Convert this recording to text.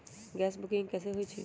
Gas के booking कैसे होईछई?